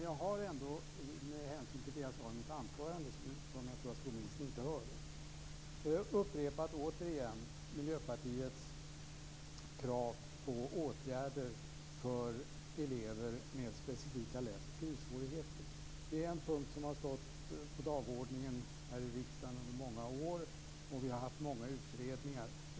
Jag har ändå i mitt anförande, som jag tror att skolministern inte hörde, återigen upprepat Miljöpartiets krav på åtgärder för elever med specifika läsoch skrivsvårigheter. Det är en punkt som har stått på dagordningen här i riksdagen under många år, och det har gjorts många utredningar.